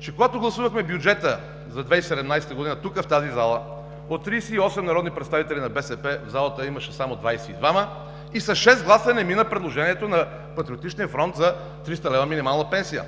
че когато гласувахме бюджета за 2017 г., тук, в тази зала, от 38 народни представители на БСП в залата имаше само 22 и с шест гласа не мина предложението на Патриотичния фронт за 300 лева минимална пенсия.